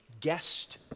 guest